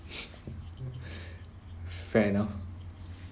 fair enough